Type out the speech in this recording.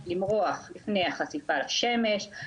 למרוח לפני החשיפה לשמש,